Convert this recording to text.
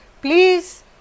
please